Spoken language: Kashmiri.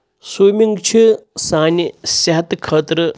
سُومِنٛگ چھِ سانہِ صحتہٕ خٲطرٕ